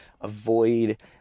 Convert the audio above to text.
Avoid